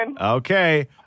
Okay